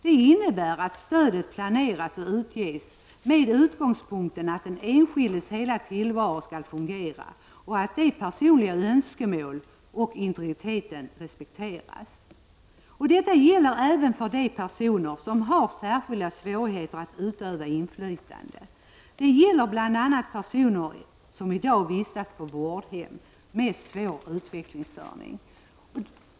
Det innebär att stödet planeras och utges utifrån utgångspunkten att den enskildes hela tillvaro skall fungera och att de personliga önskemålen och integriteten respekteras. Detta gäller även för de personer som har särskilda svårigheter att utöva inflytande. Det gäller bl.a. personer med svår utvecklingsstörning som i dag vistas på vårdhem.